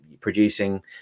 producing